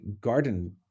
garden